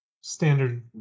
standard